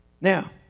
Now